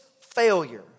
failure